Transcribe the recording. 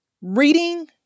Reading